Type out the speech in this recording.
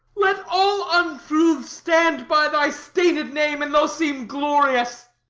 let all untruths stand by thy stained name, and they'll seem glorious.